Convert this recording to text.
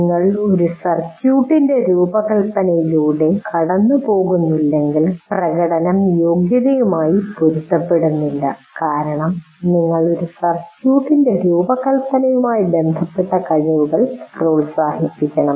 നിങ്ങൾ ഒരു സർക്യൂട്ടിന്റെ രൂപകൽപ്പനയിലൂടെ കടന്നുപോകുന്നില്ലെങ്കിൽ പ്രകടനം യോഗ്യതയുമായി പൊരുത്തപ്പെടുന്നില്ല കാരണം ഞങ്ങൾ ഒരു സർക്യൂട്ടിന്റെ രൂപകൽപ്പനയുമായി ബന്ധപ്പെട്ട കഴിവുകൾ പ്രോത്സാഹിപ്പിക്കണം